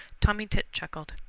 tommy tit chuckled.